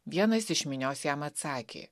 vienas iš minios jam atsakė